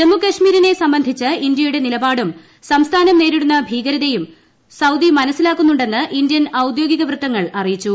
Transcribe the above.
ജമ്മു കശ്മിരിനെ സംബന്ധിച്ച് ഇന്ത്യയുടെ നിലപാടുംസംസ്ഥാനം നേരിടുന്ന ഭീകരതയും സൌദി മനസ്റ്റിലാക്കുന്നുണ്ടെന്ന് ഇന്ത്യൻ ഔദ്യോഗിക വൃത്തങ്ങൾ അറിയിച്ചു